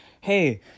hey